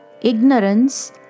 ignorance